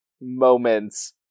moments